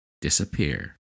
disappear